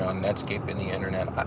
ah netscape and the internet,